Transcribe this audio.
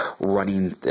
running